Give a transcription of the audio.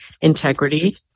integrity